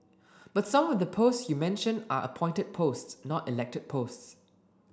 but some of the post you mention are appointed posts not elected posts